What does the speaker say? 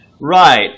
Right